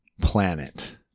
planet